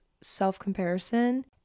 self-comparison